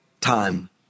time